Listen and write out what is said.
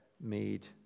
made